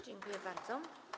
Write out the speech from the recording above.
Dziękuję bardzo.